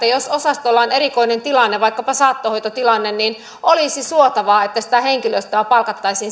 jos osastolla on erikoinen tilanne vaikkapa saattohoitotilanne niin olisi suotavaa että sitä henkilöstöä palkattaisiin